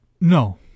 No